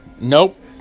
Nope